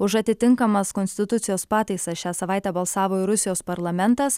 už atitinkamas konstitucijos pataisas šią savaitę balsavo ir rusijos parlamentas